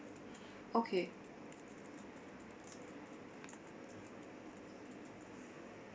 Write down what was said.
okay